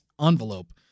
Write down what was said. envelope